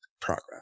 progress